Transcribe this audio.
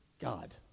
God